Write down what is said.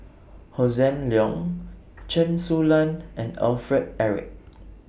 Hossan Leong Chen Su Lan and Alfred Eric